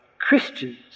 Christians